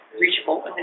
reachable